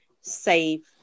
save